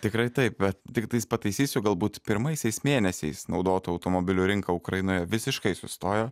tikrai taip bet tiktais pataisysiu galbūt pirmaisiais mėnesiais naudotų automobilių rinka ukrainoje visiškai sustojo